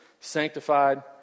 sanctified